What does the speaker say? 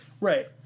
Right